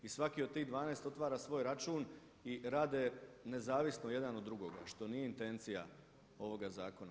I svaki od tih 12 otvara svoj račun i rade nezavisno jedan od drugoga, što nije intencija ovoga zakona.